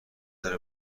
داره